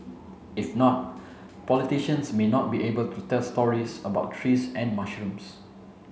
if not politicians may not be able to tell stories about trees and mushrooms